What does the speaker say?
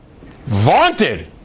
vaunted